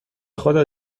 خدا